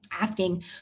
asking